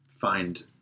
find